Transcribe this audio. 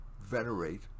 venerate